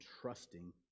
trusting